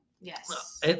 Yes